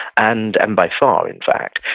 and and by far, in fact.